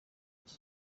iki